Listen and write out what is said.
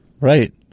Right